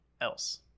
else